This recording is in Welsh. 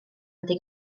wedi